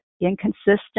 Inconsistent